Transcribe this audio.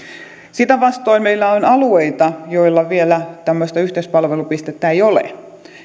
sitä vastoin meillä on alueita joilla vielä tämmöistä yhteispalvelupistettä ei ole